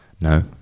no